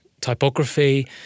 typography